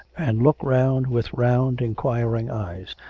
and look round with round inquiring eyes,